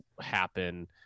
happen